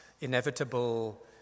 inevitable